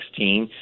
2016